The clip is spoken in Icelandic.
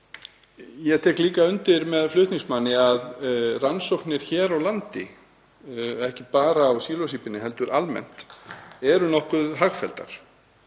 Ég tek líka undir það með flutningsmanni að rannsóknir hér á landi, ekki bara á sílósíbíni heldur almennt, eru nokkuð hagfelldar.